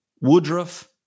Woodruff